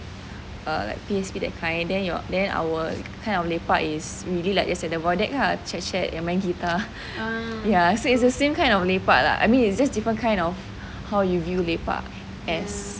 or like P_S_P that kind then your our kind of lepak is really like is at the void deck lah chit chat yang main guitar ya so is the same kind of lepak lah I mean is just different kind of how you view lepak as